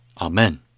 Amen